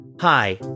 Hi